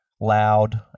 loud